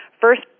First